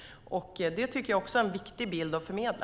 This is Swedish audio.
Det tycker jag också är en viktig bild att förmedla.